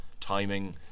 timing